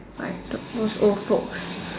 like those old folks